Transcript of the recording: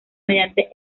mediante